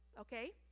okay